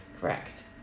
Correct